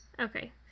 Okay